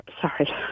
sorry